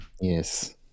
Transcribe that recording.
Yes